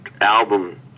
album